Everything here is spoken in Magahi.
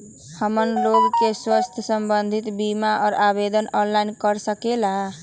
हमन लोगन के स्वास्थ्य संबंधित बिमा का आवेदन ऑनलाइन कर सकेला?